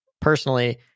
personally